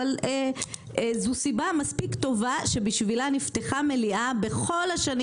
אבל זו סיבה מספיק טובה בשבילה נפתחה מליאה בכל השנים